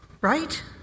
Right